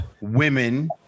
women